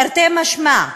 תרתי משמע,